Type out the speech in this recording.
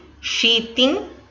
sheathing